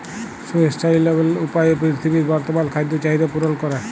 sustainable উপায়ে পীরথিবীর বর্তমাল খাদ্য চাহিদ্যা পূরল ক্যরে